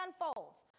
unfolds